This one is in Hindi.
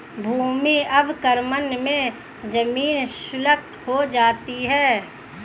भूमि अवक्रमण मे जमीन शुष्क हो जाती है